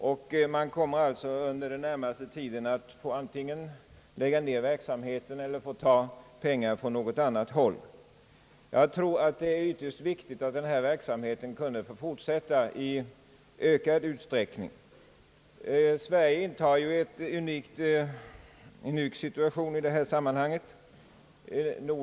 Under den närmaste tiden måste man alltså antingen lägga ner verksamheten eller skaffa pengar från annat håll. Jag tror att det är ytterst viktigt att denna verksamhet kan få fortsätta i ökad utsträckning. Sverige intar ju en unik situation i detta sammanhang.